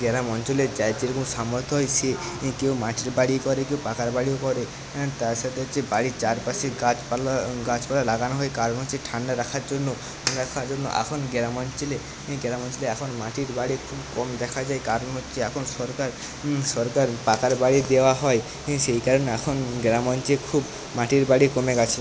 গ্রাম অঞ্চলে যার যেরকম সামর্থ্য হয় সে কেউ মাটির বাড়ি করে কেউ পাকার বাড়িও করে তার সাথে হচ্ছে বাড়ির চারপাশে গাছপালা গাছপালা লাগানো হয় কারণ হচ্ছে ঠান্ডা রাখার জন্য রাখার জন্য এখন গ্রাম অঞ্চলে গ্রাম অঞ্চলে এখন মাটির বাড়ি খুব কম দেখা যায় কারণ হচ্ছে এখন সরকার সরকার পাকার বাড়ি দেওয়া হয় সেই কারণে এখন গ্রাম অঞ্চলে খুব মাটির বাড়ি কমে গেছে